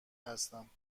هستم